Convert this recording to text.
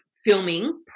filming